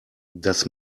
das